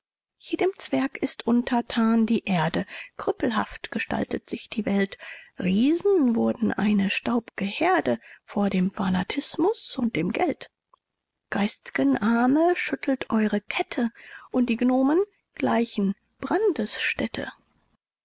jedem zwerg ist untertan die erde krüppelhaft gestaltet sich die welt riesen wurden eine staub'ge herde vor dem fanatismus und dem geld geist'gen arme schüttelt eure kette und die gnomen gleichen